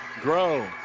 grow